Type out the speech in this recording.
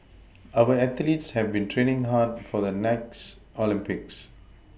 our athletes have been training hard for the next Olympics